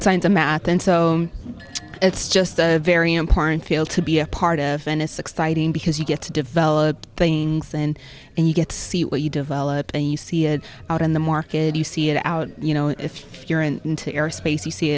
science and math and so it's just a very important field to be a part of and it's exciting because you get to develop things and and you get to see what you develop and you see it out in the market you see it out you know if you're an interior space you see